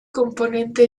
componente